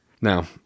now